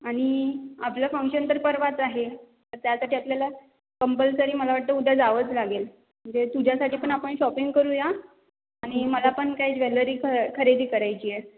आणि आपलं फंक्शन तर परवाच आहे तर त्यासाठी आपल्याला कंपल्सरी मला वाटतं उद्या जावंच लागेल म्हणजे तुझ्यासाठी पण आपण शॉपिंग करू या आणि मला पण काही ज्वेलरी ख खरेदी करायची आहे